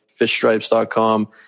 fishstripes.com